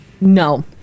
No